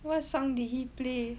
what's song did he play